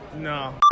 No